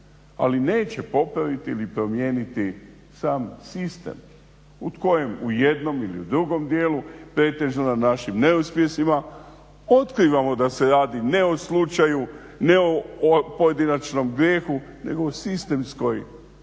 Ali neće popraviti ili promijeniti sam sistem u kojem u jednom ili u drugom dijelu pretežno na našim neuspjesima otkrivamo da se radi ne o slučaju, ne o pojedinačnom grijehu nego o sistemskoj